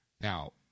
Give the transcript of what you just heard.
Now